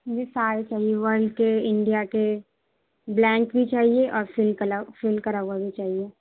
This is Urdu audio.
مجھے سارے چاہیے ورلڈ کے انڈیا کے بلینک بھی چاہیے اور فل کلر فل کرا ہُوا بھی چاہیے